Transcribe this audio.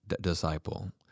disciple